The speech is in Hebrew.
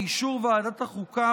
באישור ועדת החוקה,